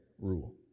rule